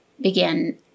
began